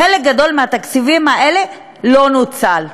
חלק גדול מהתקציבים האלה לא נוצל.